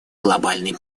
глобальной